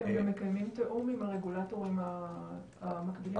אתם מקיימים תיאום גם עם הרגולטורים המקבילים שלכם?